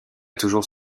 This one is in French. toujours